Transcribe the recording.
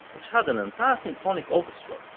which had an entire symphonic orchestra,